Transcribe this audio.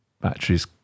batteries